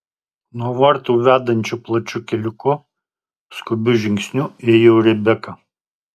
nuo vartų vedančiu plačiu keliuku skubiu žingsniu ėjo rebeka